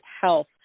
health